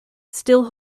still